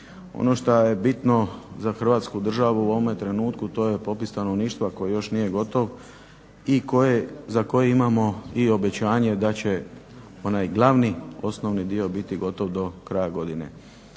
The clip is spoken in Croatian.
Ono što je bitno za Hrvatsku državu u ovome trenutku to je popis stanovništva koji još nije gotov i za koji imamo i obećanje da će onaj glavni, osnovni dio biti gotov do kraja godine.